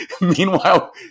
meanwhile